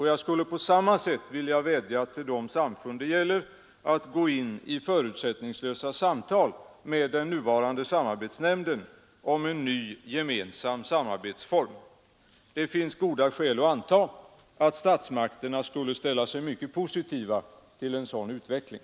Jag skulle på samma sätt vilja vädja till de samfund det gäller att gå in i förutsättningslösa samtal med den nuvarande samarbetsnämnden om en ny gemensam samarbetsform. Det finns goda skäl att anta, att statsmakterna skulle ställa sig mycket positiva till en sådan utveckling.